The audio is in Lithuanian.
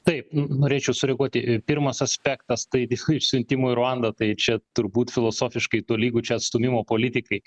taip norėčiau sureaguoti pirmas aspektas tai išsiuntimo į ruandą tai čia turbūt filosofiškai tolygu čia atstūmimo politikai